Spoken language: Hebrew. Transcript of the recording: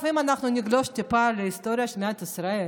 אם נגלוש להיסטוריה של מדינת ישראל